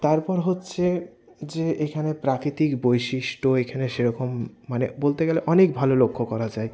তারপর হচ্ছে যে এখানে প্রাকৃতিক বৈশিষ্ট্য এখানে সেরকম মানে বলতে গেলে অনেক ভালো লক্ষ্য করা যায়